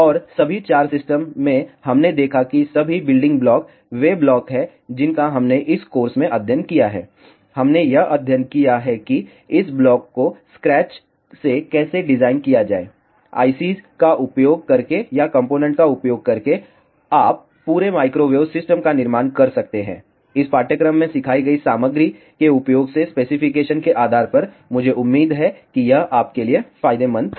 और सभी 4 सिस्टम में हमने देखा कि सभी बिल्डिंग ब्लॉक वे ब्लॉक हैं जिनका हमने इस कोर्स में अध्ययन किया है हमने यह अध्ययन किया है कि इस ब्लॉक को स्क्रैच से कैसे डिज़ाइन किया जाए ICS का उपयोग करके या कॉम्पोनेन्ट का उपयोग करके और आप पूरे माइक्रोवेव सिस्टम का निर्माण कर सकते हैं इस पाठ्यक्रम में सिखाई गई सामग्री के उपयोग से स्पेसिफिकेशन के आधार पर मुझे उम्मीद है कि यह आपके लिए फायदेमंद था